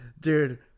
Dude